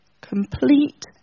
complete